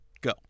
Go